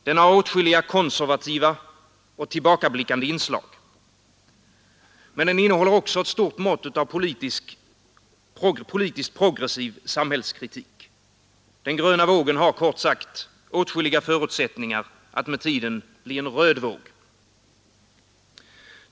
Den har åtskilliga konservativa och tillbakablickande inslag, men den innehåller också ett stort mått av politisk progressiv samhällskritik. Den gröna vågen har kort sagt åtskilliga förutsättningar att med tiden bli en röd våg.